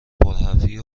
پرحرفی